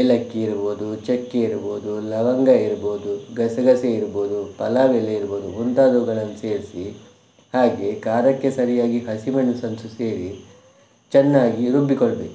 ಏಲಕ್ಕಿ ಇರ್ಬೌದು ಚಕ್ಕೆ ಇರ್ಬೌದು ಲವಂಗ ಇರ್ಬೌದು ಗಸಗಸೆ ಇರ್ಬೌದು ಪಲಾವ್ ಎಲೆ ಇರ್ಬೌದು ಮುಂತಾದವುಗಳನ್ನು ಸೇರಿಸಿ ಹಾಗೆ ಖಾರಕ್ಕೆ ಸರಿಯಾಗಿ ಹಸಿಮೆಣಸನ್ನು ಸಹ ಸೇರಿ ಚೆನ್ನಾಗಿ ರುಬ್ಬಿಕೊಳ್ಳಬೇಕು